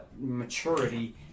maturity